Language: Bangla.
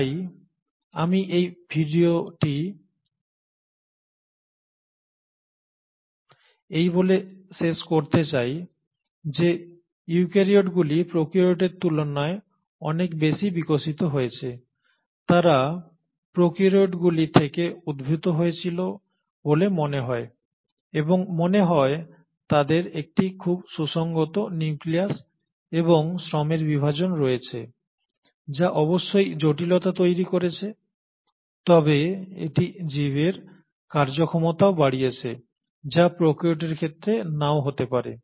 তাই আমি এই ভিডিওটি এই বলে শেষ করতে চাই যে ইউক্যারিওটগুলি প্রোক্যারিওটের তুলনায় অনেক বেশি বিকশিত হয়েছে তারা প্রোক্যারিওটগুলি থেকে উদ্ভূত হয়েছিল বলে মনে হয় এবং মনে হয় তাদের একটি খুব সুসংগত নিউক্লিয়াস এবং শ্রমের বিভাজন রয়েছে যা অবশ্যই জটিলতা তৈরি করেছে তবে এটি জীবের কার্যক্ষমতাও বাড়িয়েছে যা প্রোক্যারিওটের ক্ষেত্রে নাও হতে পারে